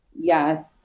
Yes